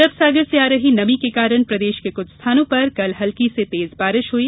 अरब सागर से आ रही नमी के कारण प्रदेश के कुछ स्थानों पर कल हल्की से तेज बारिश हई